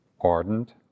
ardent